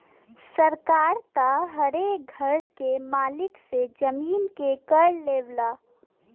सरकार त हरे एक घर के मालिक से जमीन के कर लेवला